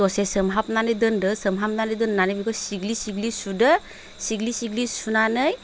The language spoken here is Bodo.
दसे सोमहाबनानै दोनदो सोमहाबनानै दोन्नानै बिखौ सिग्लि सिग्लि सुदो सिग्लि सिग्लि सुनानै